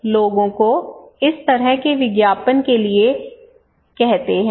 हम आम तौर पर लोगों से इस तरह के विज्ञापन के लिए कहते हैं